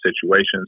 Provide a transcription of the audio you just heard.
situations